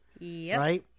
Right